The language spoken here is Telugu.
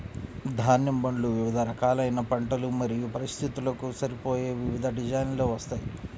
ధాన్యం బండ్లు వివిధ రకాలైన పంటలు మరియు పరిస్థితులకు సరిపోయే వివిధ డిజైన్లలో వస్తాయి